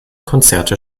konzerte